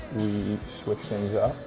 switched things up,